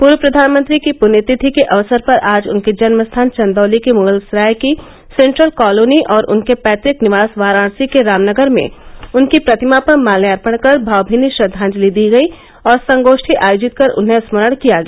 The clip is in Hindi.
पूर्व प्रधानमंत्री की पुण्यतिथि के अवसर पर आज उनके जन्मस्थान चन्दौली के मुगलसराय की सेंट्रल कॉलोनी और उनके पैतृक निवास वाराणसी के रामनगर में उनकी प्रतिमा पर माल्यार्पण कर भावनीनी श्रद्वांजलि दी गयी और संगोष्ठी आयोजित कर उन्हें स्मरण किया गया